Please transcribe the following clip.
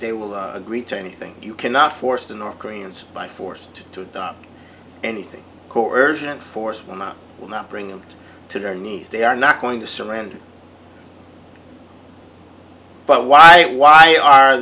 they will agree to anything you cannot force the north koreans by forced to adopt anything cordial enforcement will not bring them to their knees they are not going to surrender but why why are